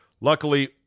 Luckily